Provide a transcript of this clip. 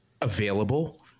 available